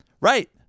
Right